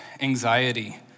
Anxiety